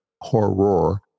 horror